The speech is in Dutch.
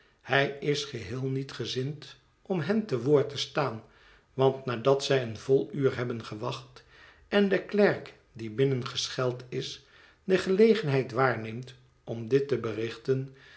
hij is geheel niet gezind om hen te woord te staan want nadat zij een vol uur hebben gewacht en de klerk die binnen gescheld is de gelegenheid waarneemt om dit te berichten